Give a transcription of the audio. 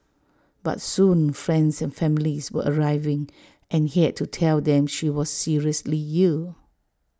but soon friends and families were arriving and he had to tell them she was seriously ill